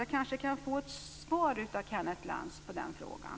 Jag kanske kan få ett svar av Kenneth Lantz på den frågan.